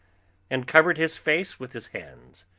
and covered his face with his hands,